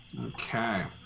okay